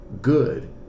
good